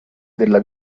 della